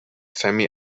semi